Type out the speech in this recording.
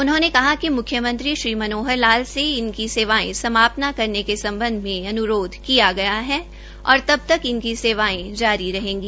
उन्होंने कहा कि म्ख्यमंत्री श्री मनोहर लाल से इनकी सेवाएं समाप्त न करने के संबंध में अनुरोध किया गया है और तब तक इनकी सेवाएं जारी रहेंगी